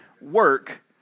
work